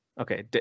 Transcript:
okay